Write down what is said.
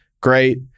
Great